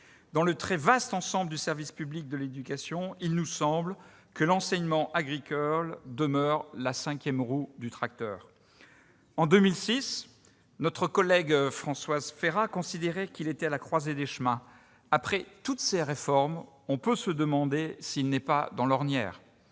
Dans le très vaste ensemble du service public de l'éducation, il nous semble que l'enseignement agricole demeure la cinquième roue du tracteur. En 2006, notre collègue Françoise Férat considérait qu'il était à la croisée des chemins ; après toutes ces réformes, on peut se demander s'il n'est pas dans l'ornière